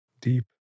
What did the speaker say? Deep